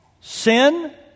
Sin